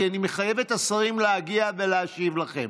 כי אני מחייב את השרים להגיע ולהשיב לכם.